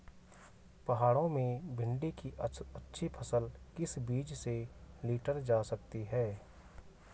पहाड़ों में भिन्डी की अच्छी फसल किस बीज से लीटर जा सकती है?